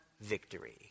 victory